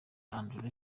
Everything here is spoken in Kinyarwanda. andrew